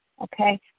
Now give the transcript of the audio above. okay